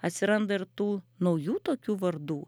atsiranda ir tų naujų tokių vardų